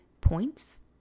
points